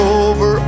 over